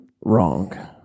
wrong